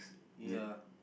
ya